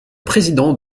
président